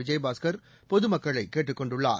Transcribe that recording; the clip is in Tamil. விஜயபாஸ்கர் பொதுமக்களை கேட்டுக் கொண்டுள்ளார்